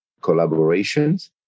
collaborations